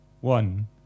One